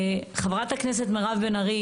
חברת הכנסת מירב בן ארי,